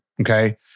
Okay